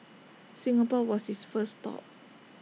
Singapore was his first stop